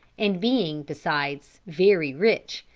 and being, besides, very rich,